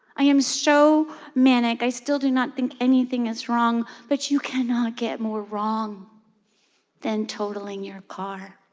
i am so manic, i still do not think anything is wrong. but you cannot get more wrong than totaling your car.